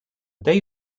day